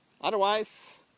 Otherwise